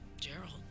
Gerald